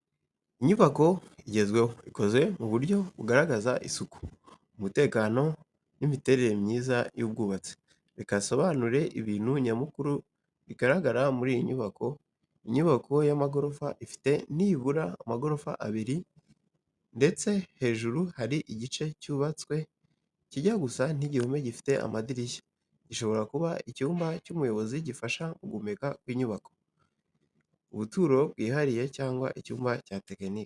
Inyubako igezweho , ikoze mu buryo bugaragaza isuku, umutekano n’imiterere myiza y’ubwubatsi. reka nsobanure ibintu nyamukuru bigaragara muri iyi nyubako inyubako y’amagorofa ifite nibura amagorofa abiri, ndetse hejuru hari igice cyubatswe kijya gusa n’igihome gifite amadirishya, gishobora kuba: Icyumba cy’ubuyobozi Icyumba gifasha mu guhumeka kw’inyubako (ventilation tower) Ubuturo bwihariye cyangwa icyumba cya tekinike